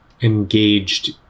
engaged